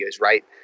right